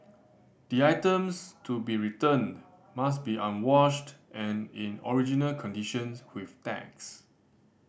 the items to be returned must be unwashed and in original conditions with tags